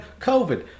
covid